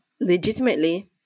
legitimately